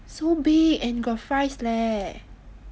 so big and got fries leh